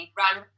run